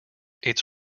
its